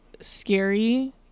scary